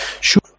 Sure